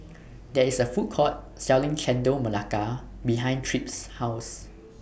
There IS A Food Court Selling Chendol Melaka behind Tripp's House